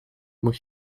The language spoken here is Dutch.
moet